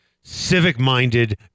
Civic-minded